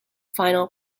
final